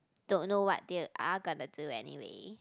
don't know what they are gonna do anyway